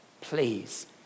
Please